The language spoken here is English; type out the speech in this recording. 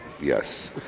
Yes